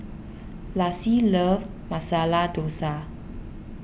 Lassie loves Masala Dosa